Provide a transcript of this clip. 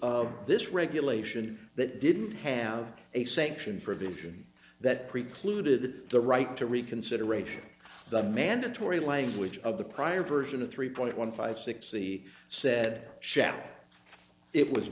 of this regulation that didn't have a sanction for a vision that precluded the right to reconsideration the mandatory language of the prior version of three point one five six he said shall it was